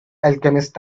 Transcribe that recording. alchemist